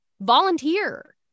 volunteer